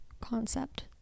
concept